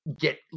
get